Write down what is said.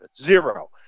zero